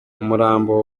umurambo